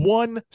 one